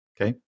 Okay